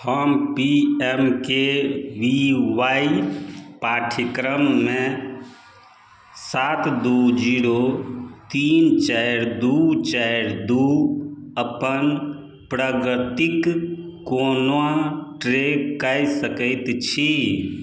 हम P M K V Y पाठ्यक्रममे सात दू जीरो तीन चारि दू चारि दू अपन प्रगतिकेँ कोना ट्रैक कै सकैत छी